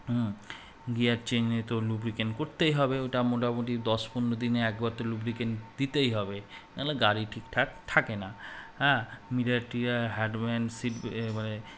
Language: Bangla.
হুম গিয়ার চেঞ্জ তো লুব্রিকেন্ট করতেই হবে ওটা মোটামুটি দশ পনেরো দিনে একবার তো লুব্রিকেন্ট দিতেই হবে নাহলে গাড়ি ঠিক ঠাক থাকে না হ্যাঁ সিট